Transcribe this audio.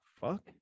fuck